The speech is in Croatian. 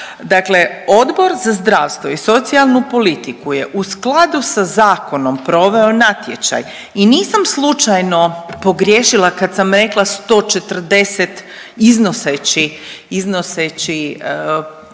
Odbor za zdravstvo i socijalnu politiku je u skladu sa zakonom proveo natječaj i nisam slučajno pogriješila kad sam rekla 140 iznoseći,